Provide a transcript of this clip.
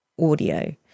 audio